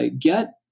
Get